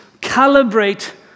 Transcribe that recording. calibrate